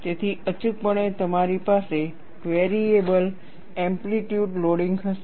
તેથી અચૂકપણે તમારી પાસે વેરિયેબલ એમ્પ્લીચ્યુડ લોડિંગ હશે